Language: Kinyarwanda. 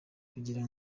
kugira